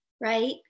right